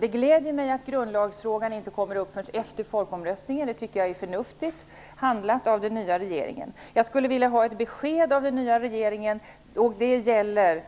Det gläder mig att grundlagsfrågan inte kommer upp förrän efter folkomröstningen. Det tycker jag är förnuftigt handlat av den nya regeringen. Jag skulle vilja ha ett besked av regeringen när det gäller